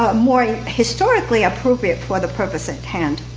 ah more historically appropriate for the purpose at hand,